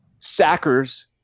sackers